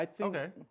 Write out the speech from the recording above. Okay